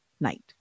night